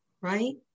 right